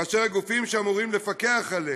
כאשר הגופים שאמורים לפקח עליהם,